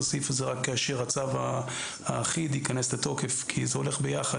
רק כאשר הצו האחיד ייכנס לתוקף כי זה הולך ביחד.